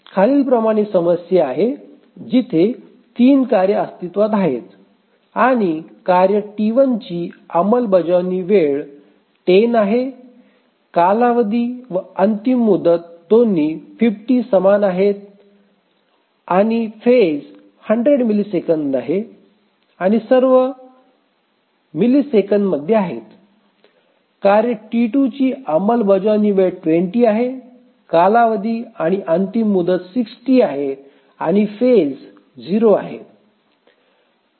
खालीलप्रमाणे समस्या आहे जिथे 3 कार्ये अस्तित्वात आहेत आणि कार्य T1 ची अंमलबजावणी वेळ 10 आहे कालावधी व अंतिम मुदत दोन्ही 50 समान आहेत आणि फेज 100 मिलिसेकंद आहे आणि सर्व मिलिसेकंदमध्ये आहेत कार्य T2 ची अंमलबजावणी वेळ 20 आहे कालावधी आणि अंतिम मुदत 60 आहे आणि फेज 0 आहे